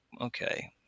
okay